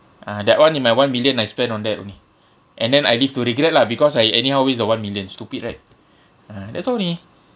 ah that [one] in my one million I spend on that only and then I live to regret lah because I anyhow waste the one million stupid right ah that's only